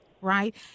right